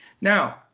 Now